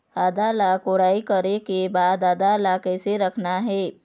आदा ला खोदाई करे के बाद आदा ला कैसे रखना हे?